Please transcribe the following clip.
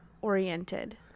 oriented